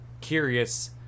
curious